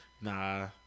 Nah